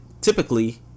typically